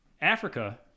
Africa